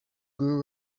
grew